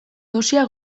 dosia